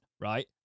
right